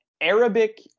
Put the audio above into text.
arabic